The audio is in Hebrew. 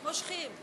מושכים.